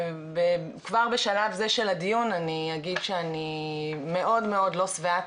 וכבר בשלב זה של הדיון אני אגיד שאני מאוד לא שבעת